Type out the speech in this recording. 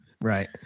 Right